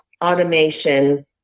automation